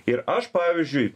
ir aš pavyzdžiui